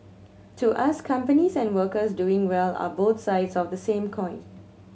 to us companies and workers doing well are both sides of the same coin